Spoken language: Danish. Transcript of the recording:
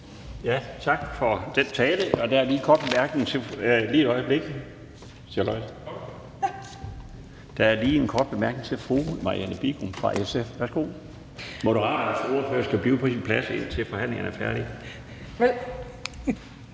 Tak for talen. Der er lige en kort bemærkning til fru Marianne Bigum fra SF. Værsgo. Moderaternes ordfører skal blive på sin plads, indtil forhandlingen er færdig.